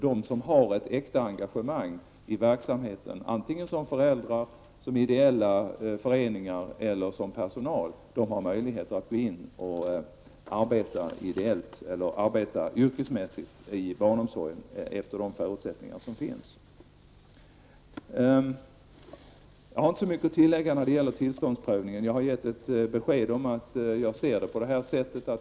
De som har ett äkta engagemang när det gäller den här verksamheten -- det må vara föräldrar, ideella föreningar eller personal -- har möjlighet att gå in och arbeta ideellt eller yrkesmässigt inom barnomsorgen utifrån de förutsättningar som finns. Jag har inte särskilt mycket mera att tillägga när det gäller tillståndsprövningen. Jag har ju gett besked om hur jag ser på det hela.